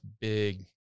big